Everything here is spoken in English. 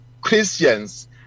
Christians